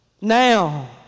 Now